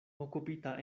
okupita